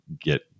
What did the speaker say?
get